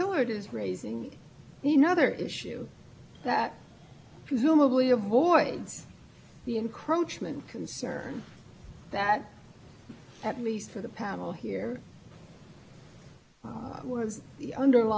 any domestic offense a matter for trial before a military commission when it's a time of war and the person is quote an enemy